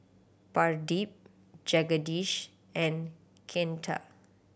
Pradip Jagadish and Ketna